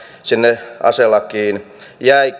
sinne aselakiin jäi